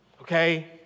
Okay